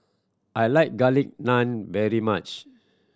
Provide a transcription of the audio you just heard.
I like Garlic Naan very much